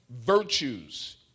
virtues